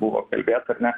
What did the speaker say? buvo kalbėta ar ne